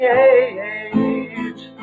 age